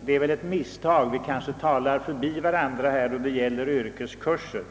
därvidlag gör ett misstag — vi kanske talar förbi varandra på denna punkt — när det gäller yrkeskurserna.